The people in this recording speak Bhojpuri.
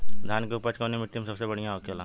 धान की उपज कवने मिट्टी में सबसे बढ़ियां होखेला?